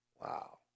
Wow